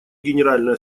генеральная